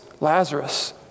Lazarus